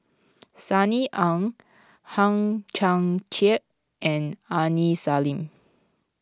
Sunny Ang Hang Chang Chieh and Aini Salim